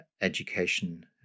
education